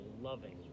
loving